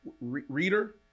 Reader